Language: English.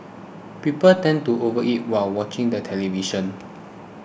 people tend to overeat while watching the television